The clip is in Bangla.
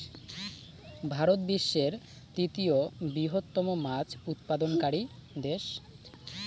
ভারত বিশ্বের তৃতীয় বৃহত্তম মাছ উৎপাদনকারী দেশ